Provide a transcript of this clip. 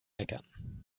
meckern